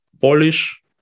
Polish